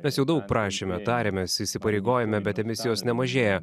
mes jau daug prašėme tariamės įsipareigojome bet emisijos nemažėja